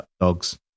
dogs